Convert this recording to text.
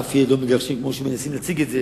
ואף ילד לא מגרשים, כמו שמנסים להציג את זה